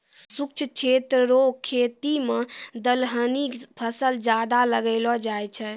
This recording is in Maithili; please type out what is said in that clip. शुष्क क्षेत्र रो खेती मे दलहनी फसल ज्यादा लगैलो जाय छै